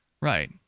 Right